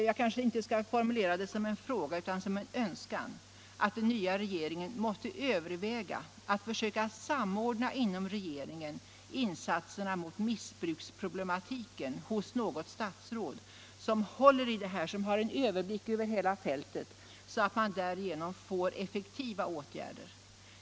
Jag vill därför uttrycka det önskemålet att den nya regeringen måtte överväga möjligheten att samordna insatserna mot missbruksproblematiken hos något statsråd som på det sättet får en överblick över hela fältet, så att man därigenom kan få effektiva åtgärder.